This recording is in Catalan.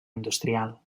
industrial